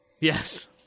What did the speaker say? Yes